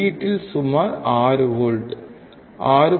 வெளியீட்டில் சுமார் 6 வோல்ட் 6